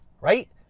right